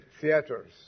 theaters